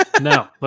No